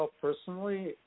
personally